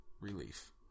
relief